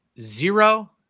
Zero